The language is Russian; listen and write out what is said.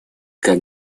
как